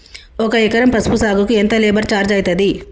ఒక ఎకరం పసుపు సాగుకు ఎంత లేబర్ ఛార్జ్ అయితది?